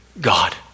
God